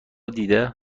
دیده